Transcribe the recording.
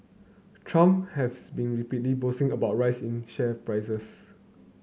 Trump has been repeatedly boasting about rise in share prices